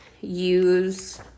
use